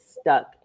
stuck